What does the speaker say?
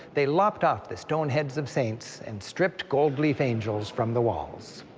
they lopped off the stone heads of saints, and stripped gold-leaf angels from the walls.